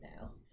now